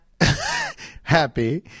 Happy